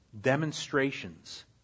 demonstrations